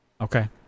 okay